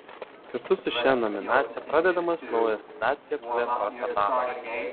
kartu su šia nominacija pradedamas naujas dacia plėtros etapas